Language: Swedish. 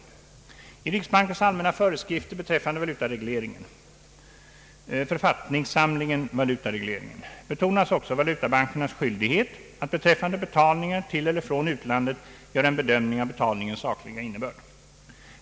I riksbankens allmänna föreskrifter beträffande valutaregleringen, författningssamlingen Valutaregleringen, betonas också valutabankernas skyldighet att beträffande betal ningar till eller från utlandet göra en bedömning av betalningens sakliga innebörd.